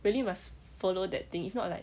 really must follow that thing if not like